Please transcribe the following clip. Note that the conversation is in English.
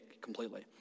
completely